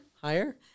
Higher